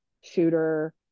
shooter